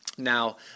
now